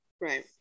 Right